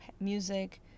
music